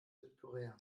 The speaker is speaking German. südkorea